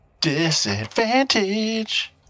Disadvantage